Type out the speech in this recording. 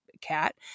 cat